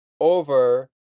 over